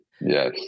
Yes